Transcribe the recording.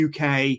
uk